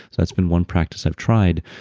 that's been one practice i've tried.